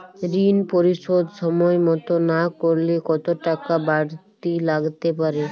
ঋন পরিশোধ সময় মতো না করলে কতো টাকা বারতি লাগতে পারে?